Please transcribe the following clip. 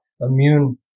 immune